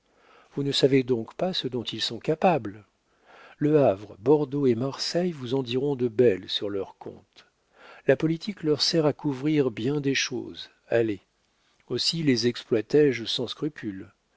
vous ne savez donc pas ce dont ils sont capables le havre bordeaux et marseille vous en diront de belles sur leur compte la politique leur sert à couvrir bien des choses allez aussi les exploité je sans scrupule